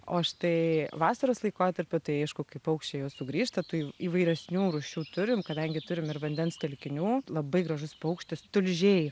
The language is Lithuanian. o štai vasaros laikotarpiu tai aišku kai paukščiai jau sugrįžta tai įvairesnių rūšių turim kadangi turim ir vandens telkinių labai gražus paukštis tulžiai